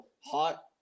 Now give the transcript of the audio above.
hot